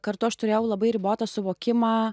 kartu aš turėjau labai ribotą suvokimą